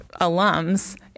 alums